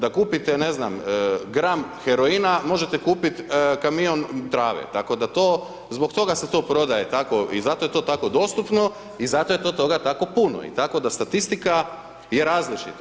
Da kupite, ne znam, gram heroina, možete kupiti kamion trave, tako da to, zbog toga se to prodaje tako i zato je to tako dostupno i zato je to toga tako puno i tako da statistika je različita.